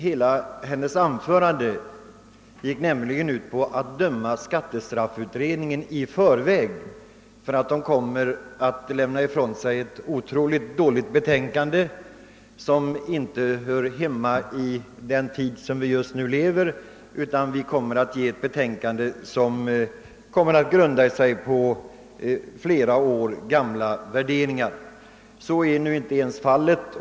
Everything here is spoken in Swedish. Hela hennes anförande gick ju ut på att döma skattestrafflagutredningen i förväg för att den skulle komma att lämna ifrån sig ett synnerligen dåligt betänkande, som inte hör hemma i den tid som vi nu lever i. Vi skulle, menade fru Eriksson, komma att avge ett betänkande som grundar sig på flera år gamla värderingar. Så blir nu inte alls fallet.